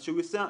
כלומר,